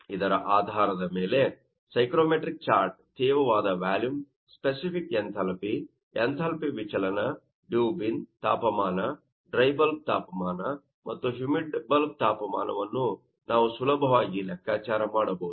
ಆದ್ದರಿಂದ ಇದರ ಆಧಾರದ ಮೇಲೆ ಸೈಕ್ರೋಮೆಟ್ರಿಕ್ ಚಾರ್ಟ್ ತೇವವಾದ ವ್ಯಾಲುಮ್ ಸ್ಫೆಸಿಫಿಕ್ ಎಂಥಾಲ್ಪಿ ಎಂಥಾಲ್ಪಿ ವಿಚಲನ ಡಿವ್ ಬಿಂದು ತಾಪಮಾನ ಡ್ರೈ ಬಲ್ಬ್ ತಾಪಮಾನ ಮತ್ತು ಹ್ಯೂಮಿಡ್ ಬಲ್ಬ್ ತಾಪಮಾನವನ್ನು ನಾವು ಸುಲಭವಾಗಿ ಲೆಕ್ಕಾಚಾರ ಮಾಡಬಹುದು